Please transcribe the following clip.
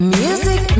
music